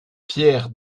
pierre